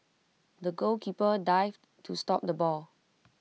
the goalkeeper dived to stop the ball